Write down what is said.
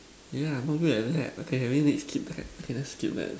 ya I'm not good at that okay I mean keep ship okay let's skip that